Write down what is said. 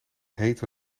hete